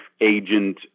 agent